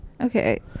Okay